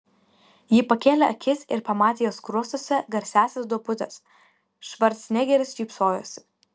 ji pakėlė akis ir pamatė jo skruostuose garsiąsias duobutes švarcnegeris šypsojosi